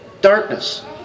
darkness